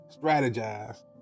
strategize